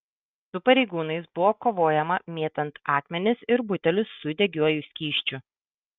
su pareigūnais buvo kovojama mėtant akmenis ir butelius su degiuoju skysčiu